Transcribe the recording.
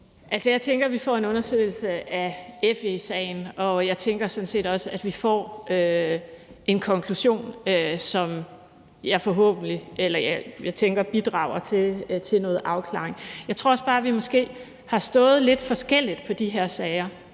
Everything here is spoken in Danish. Jeg tænker, vi får en undersøgelse af FE-sagen, og jeg tænker sådan set også, at vi får en konklusion, som jeg tænker bidrager til noget afklaring. Jeg tror også bare, at vi måske har stået lidt forskelligt i forhold til de her sager.